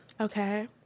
Okay